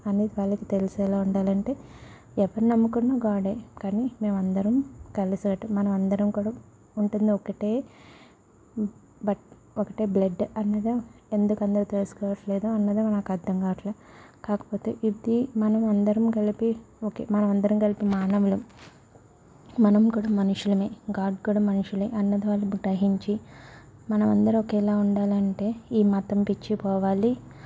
అని వాళ్ళకి తెలిసేలా ఉండాలంటే ఎవ్వరిని నమ్ముకున్న గాడే కానీ మేము అందరం కలిసేటట్టు మనమందరం కూడా ఉంటుంది ఒక్కటే బట్ ఒకటే బ్లడ్ అనగా ఎందుకు అందరు తెలుసుకోవటం లేదు అన్నది మనకు అర్థం కావట్లే కాకపోతే ఇది మనమందరం కలిపి ఒకే మనమందరం కలిపి మానవులం మనం కూడా మనుషులమే గాడ్ కూడా మనుషులే అన్నది వాళ్ళు గ్రహించి మనమందరం ఒకేలా ఉండాలంటే ఈ మతం పిచ్చి పోవాలి